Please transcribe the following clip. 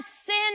sin